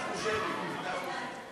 ביקשנו שמית.